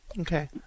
Okay